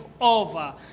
over